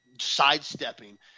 sidestepping –